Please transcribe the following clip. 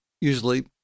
usually